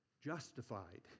justified